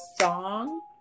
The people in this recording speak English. song